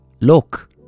look